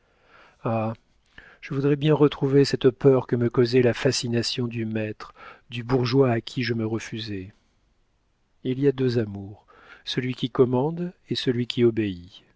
je voudrais bien retrouver cette peur que me causait la fascination du maître du bourgeois à qui je me refusais il y a deux amours celui qui commande et celui qui obéit